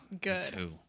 good